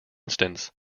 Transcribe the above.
instance